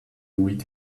read